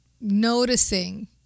noticing